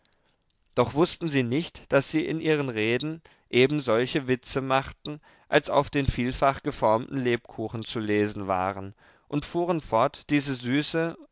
doch wußten sie nicht daß sie in ihren reden ebensolche witze machten als auf den vielfach geformten lebkuchen zu lesen waren und fuhren fort diese süße